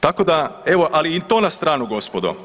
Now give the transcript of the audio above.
Tako da evo, ali i to na stranu gospodo.